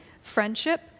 friendship